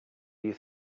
you